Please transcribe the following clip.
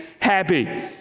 happy